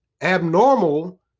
Abnormal